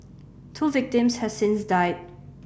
two victims has since died